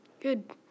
Good